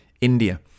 India